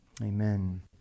Amen